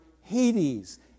Hades